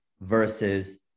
versus